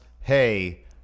hey